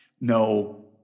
no